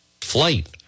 flight